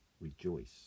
rejoice